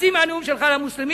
חצי הנאום שלך על המוסלמים.